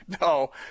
No